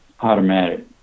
automatic